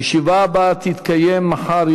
הישיבה הבאה תתקיים מחר,